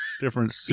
different